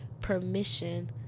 permission